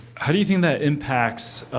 how do you think that impacts